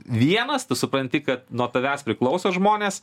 vienas tu supranti kad nuo tavęs priklauso žmonės